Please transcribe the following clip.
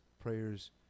prayers